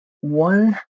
one